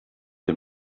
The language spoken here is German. der